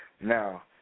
Now